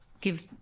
give